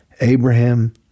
Abraham